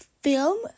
film